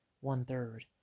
one-third